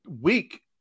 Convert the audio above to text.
week